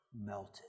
melted